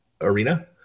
arena